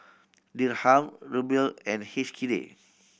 Dirham Ruble and H K D